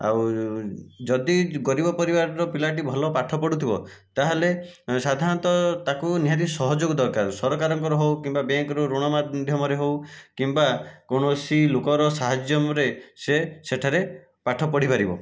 ଆଉ ଯଦି ଗରିବ ପରିବାରର ପିଲାଟି ଭଲ ପାଠ ପଢ଼ୁଥିବ ତାହେଲେ ସାଧାରଣତଃ ତାକୁ ନିହାତି ସହଯୋଗ ଦରକାର ସରକାରଙ୍କର ହେଉ କିମ୍ବା ବ୍ୟାଙ୍କରୁ ଋଣ ମାଧ୍ୟମରେ ହେଉ କିମ୍ବା କୌଣସି ଲୋକର ସାହାଯ୍ୟରେ ସେ ସେଠାରେ ପାଠ ପଢ଼ିପାରିବ